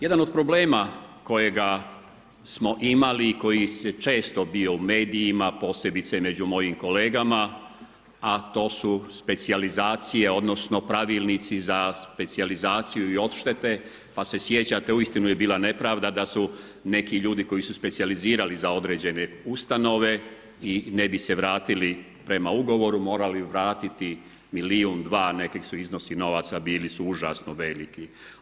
Jedan od problema kojega smo imali i koji je često bio u medijima, posebice među mojim kolegama a to su specijalizacije odnosno pravilnici za specijalizaciju i odštete pa se sjećate uistinu je bila nepravda da su neki ljudi koji su specijalizirani za određene ustanove, ne bi se vratili prema ugovoru, morali vratiti milijuna, dva, neki iznosi novaca bili su užasno veliki.